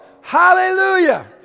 hallelujah